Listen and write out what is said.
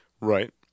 Right